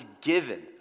given